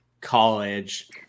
college